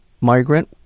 migrant